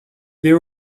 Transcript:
there